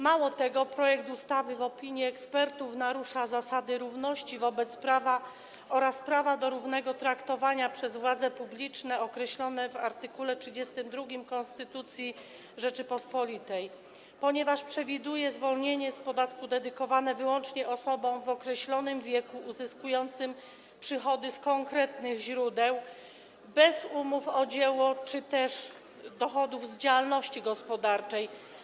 Mało tego, projekt ustawy w opinii ekspertów narusza zasady równości wobec prawa oraz prawa do równego traktowania przez władze publiczne, określone w art. 32 Konstytucji Rzeczypospolitej, ponieważ przewiduje zwolnienie z podatku wyłącznie osób w określonym wieku, uzyskujących przychody z konkretnych źródeł, bez umów o dzieło oraz dochodów z działalności gospodarczej.